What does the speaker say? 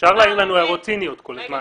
אפשר להעיר לנו הערות ציניות כל הזמן,